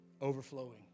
overflowing